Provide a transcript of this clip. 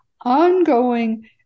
ongoing